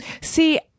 See